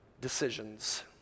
decisions